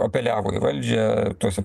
apeliavo į valdžią tuose